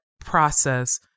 process